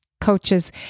coaches